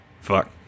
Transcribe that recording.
fuck